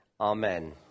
Amen